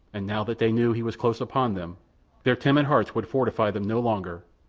and now that they knew he was close upon them their timid hearts would fortify them no longer,